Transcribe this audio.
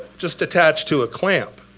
just attached to a clamp,